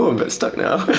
ah bit stuck now.